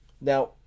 Now